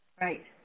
Right